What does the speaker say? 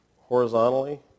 horizontally